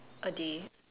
a day